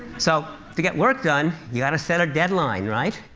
so to get work done, you've got to set a deadline, right?